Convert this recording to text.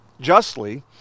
justly